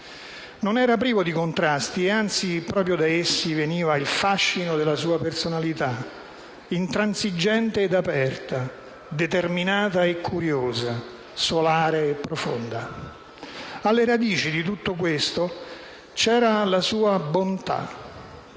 Non era privo di contrasti e, anzi, proprio da essi veniva il fascino della sua personalità, intransigente ed aperta, determinata e curiosa, solare e profonda. Alle radici di tutto questo, vi era la sua bontà: